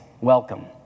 welcome